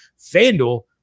FanDuel